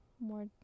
more